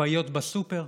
לקופאיות בסופר?